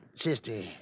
Sister